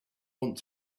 want